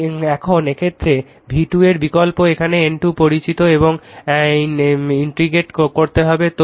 তাই এখন এই ক্ষেত্রে v2 এর বিকল্প এখানে N 2 পরিচিত এবং ইনট্রিগেট করতে হবে